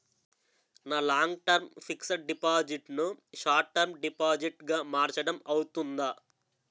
నా long term fixed deposit ను short term deposit గా మార్చటం అవ్తుందా?